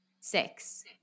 six